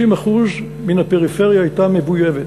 30% מן הפריפריה הייתה מבויבת.